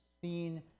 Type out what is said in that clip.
seen